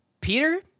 Peter